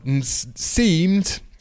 seemed